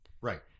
Right